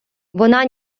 вона